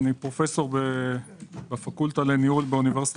אני פרופ' בפקולטה לניהול באוניברסיטת